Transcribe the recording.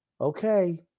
Okay